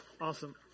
awesome